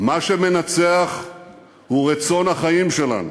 מה שמנצח הוא רצון החיים שלנו,